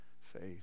faith